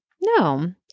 No